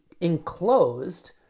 enclosed